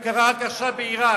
מה קרה רק עכשיו בעירק.